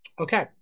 Okay